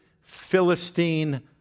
Philistine